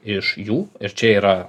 iš jų ir čia yra